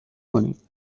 کنین